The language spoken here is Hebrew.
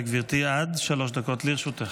בבקשה, גברתי, עד שלוש דקות לרשותך.